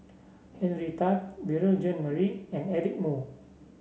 Henry Tan Beurel Jean Marie and Eric Moo